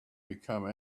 become